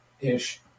ish